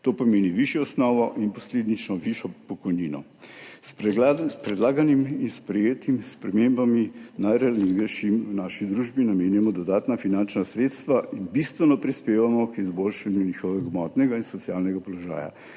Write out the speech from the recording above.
To pomeni višjo osnovo in posledično višjo pokojnino. S predlaganim in sprejetimi spremembami najranljivejšim v naši družbi namenjamo dodatna finančna sredstva in bistveno prispevamo k izboljšanju njihovega gmotnega in socialnega položaja.